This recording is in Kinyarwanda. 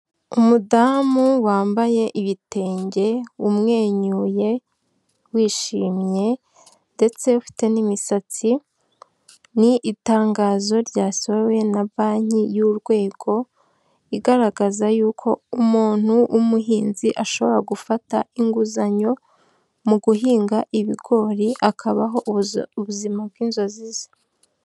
Umudamu wambaye ibitenge umwenyuye wishimye ndetse ufite n'imisatsi, ni itangazo ryasohowe na banki y'urwego, igaragaza yuko umuntu w'umuhinzi ashobora gufata inguzanyo mu guhinga ibigori akabaho ubuzima bw'inzozi ze.